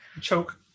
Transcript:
choke